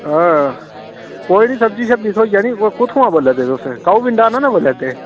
कोई नि सब्जी शुब्जी थ्होई जानी कुथोआं बोला दे तुस काउ पिंडा नी ना बोला दे